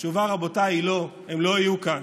התשובה, רבותיי, היא לא, הם לא יהיו כאן.